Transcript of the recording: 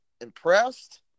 impressed